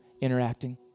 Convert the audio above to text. interacting